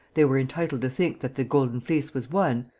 they were entitled to think that the golden fleece was won,